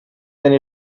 eine